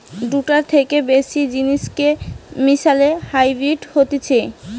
দুটার থেকে বেশি জিনিসকে মিশালে হাইব্রিড হতিছে